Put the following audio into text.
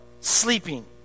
sleeping